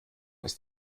ist